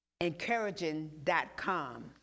encouraging.com